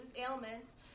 ailments